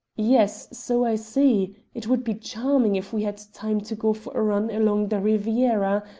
yes. so i see. it would be charming if we had time to go for a run along the riviera,